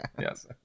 Yes